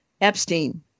Epstein